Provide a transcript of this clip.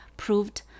proved